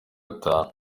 gatanu